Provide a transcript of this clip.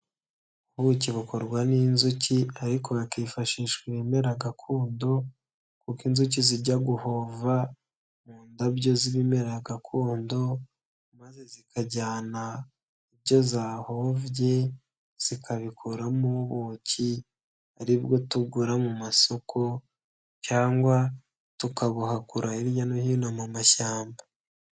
Ubuki bukorwa n'inzuki ariko hakifashishwa ibimera gakondo kuko inzuki zijya guhova mu ndabyo z'ibimera gakondo maze zikajyana ibyo zahovye, zikabikoramo ubuki, ari bwo tugura mu masoko cyangwa tukabuhakura hirya no hino mu mashyamba.